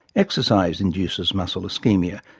exercise induces muscle ischemia,